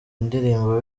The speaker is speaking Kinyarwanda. indirimbo